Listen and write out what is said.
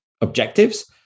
objectives